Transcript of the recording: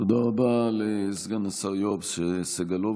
תודה רבה לסגן השר יואב סגלוביץ'.